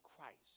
Christ